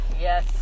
Yes